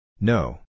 No